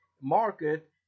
market